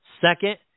Second